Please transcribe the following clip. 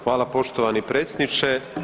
Hvala poštovani predsjedniče.